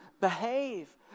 behave